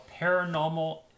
Paranormal